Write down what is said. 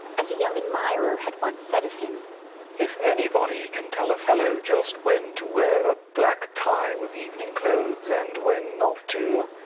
as a young admirer had once said of him if anybody can tell a fellow just when to wear a black tie with evening clothes and when not to,